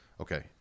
Okay